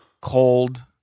cold